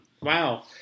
Wow